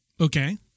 Okay